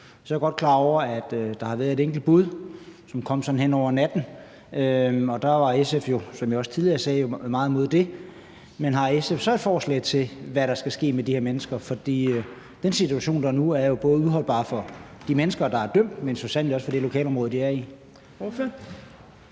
Så er jeg godt klar over, at der har været et enkelt bud, som kom sådan hen over natten, og der var SF jo, som jeg også tidligere sagde, meget imod det. Men har SF så et forslag til, hvad der skal ske med de her mennesker? For den situation, der er nu, er uholdbar både for de mennesker, der er dømt, men så sandelig også for det lokalområde, de er i. Kl.